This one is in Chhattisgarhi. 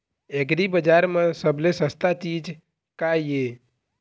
एग्रीबजार म सबले सस्ता चीज का ये?